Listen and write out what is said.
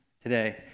today